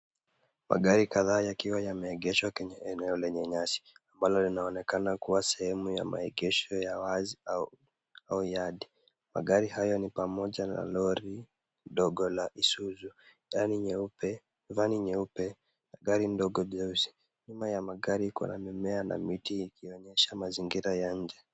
Magari kadhaa yakiwa yameegeshwa kwenye eneo lenye nyasi ambalo linaonekana kuwa sehemu ya maegesho ya wazi au yadi . Magari hayo ni pamoja na lori dogo la Isuzu, vani nyeupe, gari ndogo jeusi. Nyuma ya magari kuna mimea na miti ikionyesha mazingira ya nje.